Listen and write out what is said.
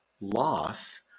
Loss